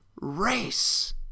race